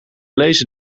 lezen